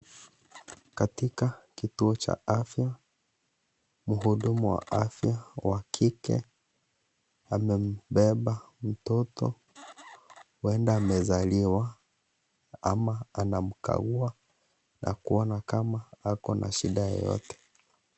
Katika kituo cha afya, mhudumu wa afya, wa kike amembeba, mtoto, huenda amezaliwa ama anamkagua na kuona kama ako na shida yeyote.